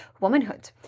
womanhood